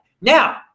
Now